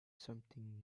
something